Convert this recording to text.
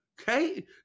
Okay